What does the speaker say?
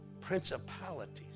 principalities